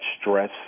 stress